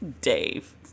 Dave